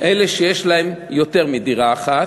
אלה שיש להם יותר מדירה אחת,